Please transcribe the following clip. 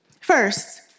First